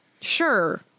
sure